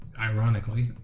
ironically